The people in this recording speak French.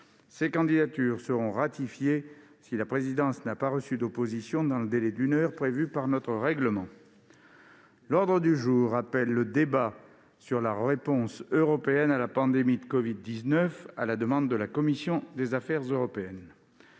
Ces candidatures seront ratifiées si la présidence n'a pas reçu d'opposition dans le délai d'une heure prévu par notre règlement. L'ordre du jour appelle le débat, organisé à la demande de la commission des affaires européennes,